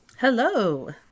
Hello